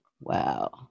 Wow